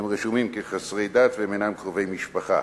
הם רשומים כחסרי דת והם אינם קרובי משפחה